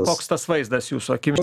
koks tas vaizdas jūsų akims